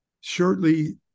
shortly